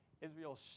Israel